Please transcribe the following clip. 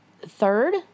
Third